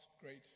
great